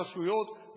הרשויות,